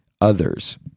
others